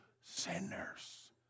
sinners